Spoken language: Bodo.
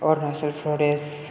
अरुणाचल प्रदेश